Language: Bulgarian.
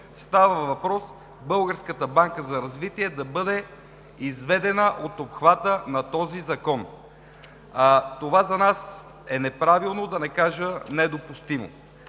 банка за развитие да бъде изведена от обхвата на този закон. Това за нас е неправилно, да не кажа – недопустимо,